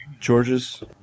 Georges